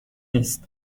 نیست